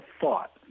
thought